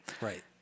right